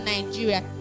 Nigeria